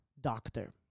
doctor